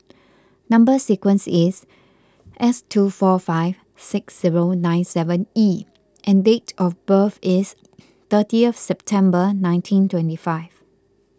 Number Sequence is S two four five six zero nine seven E and date of birth is thirtieth September nineteen twenty five